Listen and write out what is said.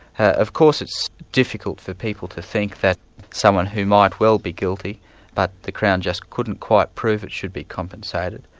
of course it's difficult for people to think that someone who might well be guilty but the crown just couldn't quite prove it should be compensated.